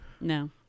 no